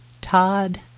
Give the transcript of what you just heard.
Todd